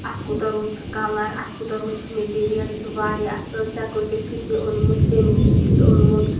اَتھ کوٗتاہ رُت چھُ کَلَر اَتھ کوٗتاہ رُت چھُ میٚٹیٖریَل یہِ چھُ واریاہ اَصٕل ژےٚ کۭتِس چھُتھ یہِ اوٚنمُت کٔمِس نِش چھُتھ اوٚنمُت